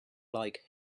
like